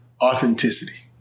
Authenticity